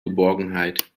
geborgenheit